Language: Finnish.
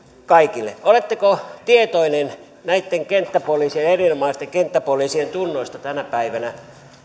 kaikille oletteko tietoinen näitten erinomaisten kenttäpoliisien tunnoista tänä päivänä